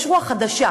יש רוח חדשה,